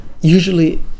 usually